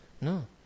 No